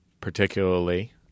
particularly